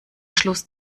schluss